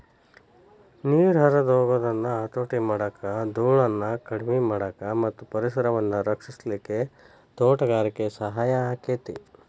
ನೇರ ಹರದ ಹೊಗುದನ್ನ ಹತೋಟಿ ಮಾಡಾಕ, ದೂಳನ್ನ ಕಡಿಮಿ ಮಾಡಾಕ ಮತ್ತ ಪರಿಸರವನ್ನ ರಕ್ಷಿಸಲಿಕ್ಕೆ ತೋಟಗಾರಿಕೆ ಸಹಾಯ ಆಕ್ಕೆತಿ